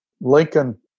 Lincoln